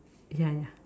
ya ya